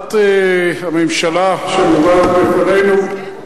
הצעת הממשלה שמובאת בפנינו, חזרתי.